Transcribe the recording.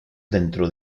dentro